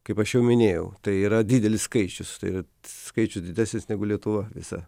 kaip aš jau minėjau tai yra didelis skaičius tai yra skaičius didesnis negu lietuva visa